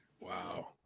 Wow